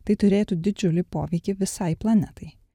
tai turėtų didžiulį poveikį visai planetai